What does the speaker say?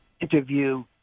interview